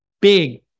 big